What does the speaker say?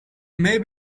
may